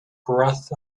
breath